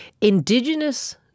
indigenous